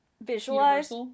visualized